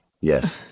yes